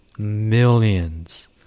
Millions